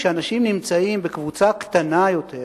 כשאנשים נמצאים בקבוצה קטנה יותר,